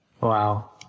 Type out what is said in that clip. Wow